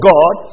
God